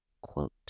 quote